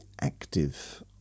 active